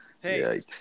Hey